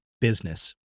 business